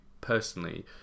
personally